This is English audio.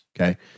Okay